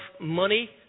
money